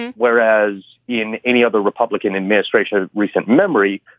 and whereas in any other republican administration in recent memory,